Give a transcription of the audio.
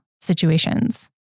situations